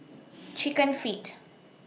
Chicken Feet